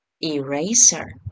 Eraser